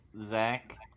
Zach